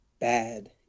bad